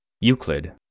Euclid